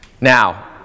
Now